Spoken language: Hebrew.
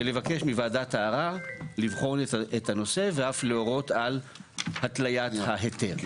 ולבקש מוועדת הערער לבחון את הנושא ואף להורות על התליית ההיתר.